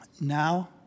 now